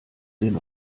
den